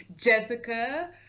jessica